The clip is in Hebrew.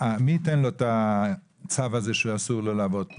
מי ייתן לו את הצו שאסור לו לעבוד?